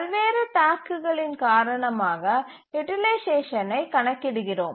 பல்வேறு டாஸ்க்குகளின் காரணமாக யூட்டிலைசேஷனை கணக்கிடுகிறோம்